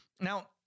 Now